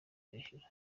kwishyura